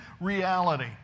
reality